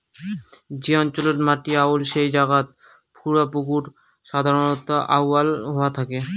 যে অঞ্চলত মাটি আউয়াল সেই জাগাত খোঁড়া পুকুর সাধারণত আউয়াল হয়া থাকে